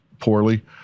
poorly